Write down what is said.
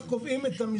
גם בסעיף (3) מוסיפים את זה?